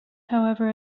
however